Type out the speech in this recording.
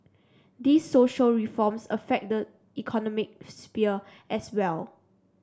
these social reforms affect the economic sphere as well